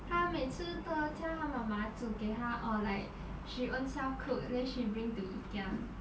她每次都叫她妈妈煮给她 or like she own self cook then she bring to ikea